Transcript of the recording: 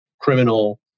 criminal